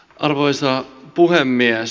arvoisa puhemies